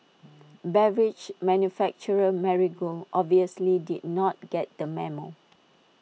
beverage manufacturer Marigold obviously did not get the memo